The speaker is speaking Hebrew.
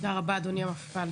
תודה רבה, אדוני המפכ"ל.